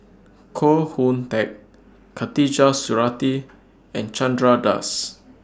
Koh Hoon Teck Khatijah Surattee and Chandra Das